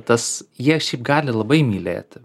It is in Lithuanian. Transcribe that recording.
tas jie šiaip gali labai mylėti